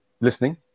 listening